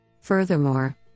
Furthermore